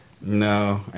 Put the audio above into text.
No